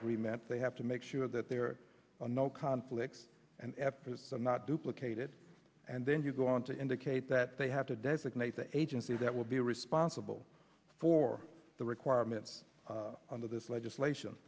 agreement they have to make sure that there are no conflicts and efforts are not duplicated and then you go on to indicate that they have to designate the agency that will be responsible for the requirements under this legislation